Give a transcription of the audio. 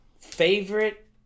favorite